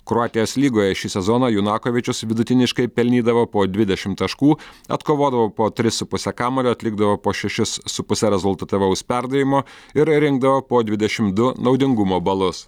kroatijos lygoje šį sezoną junakovičius vidutiniškai pelnydavo po dvidešim taškų atkovodavo po tris su puse kamuolio atlikdavo po šešis su puse rezultatyvaus perdavimo ir rinkdavo po dvidešim du naudingumo balus